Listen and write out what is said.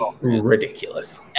ridiculous